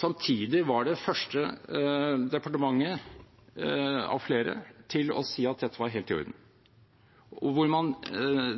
samtidig var det første departementet av flere til å si at dette var helt i orden, og